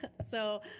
ah so